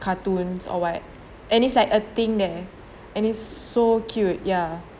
cartoons or what and it's like a thing there and it's so cute ya